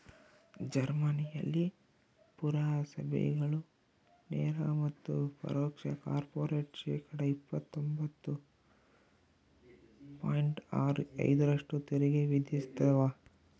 ಜರ್ಮನಿಯಲ್ಲಿ ಪುರಸಭೆಗಳು ನೇರ ಮತ್ತು ಪರೋಕ್ಷ ಕಾರ್ಪೊರೇಟ್ ಶೇಕಡಾ ಇಪ್ಪತ್ತೊಂಬತ್ತು ಪಾಯಿಂಟ್ ಆರು ಐದರಷ್ಟು ತೆರಿಗೆ ವಿಧಿಸ್ತವ